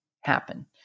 happen